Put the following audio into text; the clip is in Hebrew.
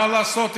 מה לעשות,